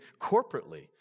corporately